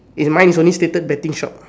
mine is only stated betting shop